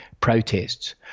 protests